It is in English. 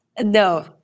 no